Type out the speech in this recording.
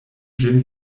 ĝin